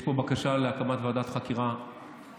יש פה בקשה להקמת ועדת חקירה פרלמנטרית.